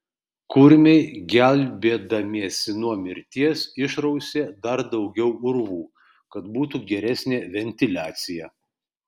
kurmiai gelbėdamiesi nuo mirties išrausė dar daugiau urvų kad būtų geresnė ventiliacija